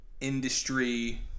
industry